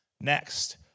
Next